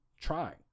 trying